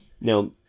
Now